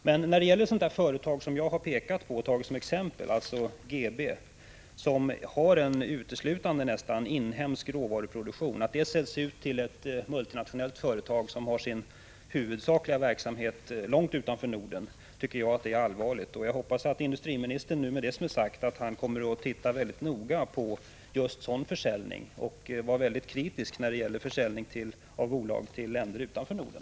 Men att ett sådant företag som jag har pekat på och tagit som exempel, alltså Glace-Bolaget som har en nästan uteslutande inhemsk råvaruproduktion, säljs ut till ett multinationellt företag som har sin huvudsakliga verksamhet långt utanför Norden, det tycker jag är allvarligt. Jag hoppas att industriministern med det som är sagt kommer att titta mycket noga på just sådan försäljning och vara mycket kritisk när det gäller försäljning av bolag till länder utanför Norden.